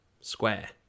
square